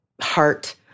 heart